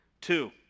Two